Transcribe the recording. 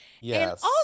Yes